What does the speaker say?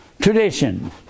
tradition